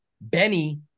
Benny